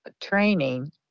training